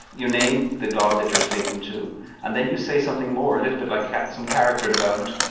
you name the god that you're speaking to and then, you say something more a little bit like some character development.